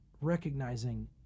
recognizing